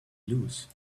lose